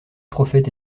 prophète